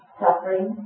suffering